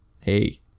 Hey